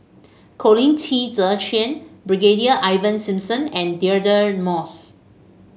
Colin Qi Zhe Quan Brigadier Ivan Simson and Deirdre Moss